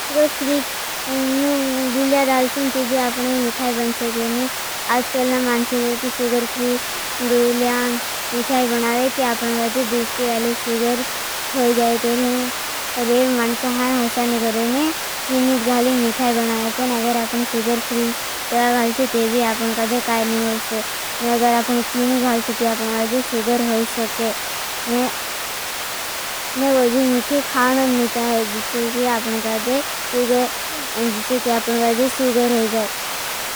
Sugar free गुल्या डाल सुन। ते भी आपने भी मिठाई बन सके। आजकलना मानसे को की सुगर फ्रीक गुल्या मिठाई बनावे। ते आपने गाज़े दीश्टी वाले सुगर होई जाए तेरे। मानसे हाँ हसानी करेंगे। चीनी गालें मिठाई बनावे। अगर आपने सुगर फ्रीक डाल सुन ते भी आपने गाज़े काई नहीं होसे। अगर आपने चीनी गालें। ते आपने गाज़े सुगर होई सके। मिठाई बनावे अगर आपने गाज़े काई नहीं होसे सुगर होई गाज़े।